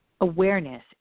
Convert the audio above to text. awareness